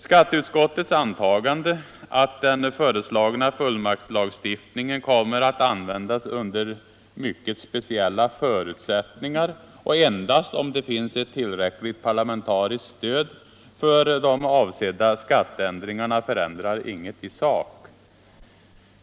Skatteutskottets antagande att den föreslagna fullmaktslagstiftningen kommer att användas under mycket speciella förutsättningar och endast om det finns ett tillräckligt parlamentariskt stöd för de avsedda skatteändringarna förändrar inget i sak.